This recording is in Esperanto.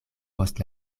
post